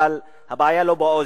אבל הבעיה היא לא באוזן.